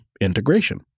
integration